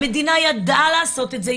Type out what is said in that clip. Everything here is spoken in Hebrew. המדינה ידעה לעשות את זה,